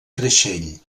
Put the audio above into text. creixell